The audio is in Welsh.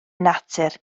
natur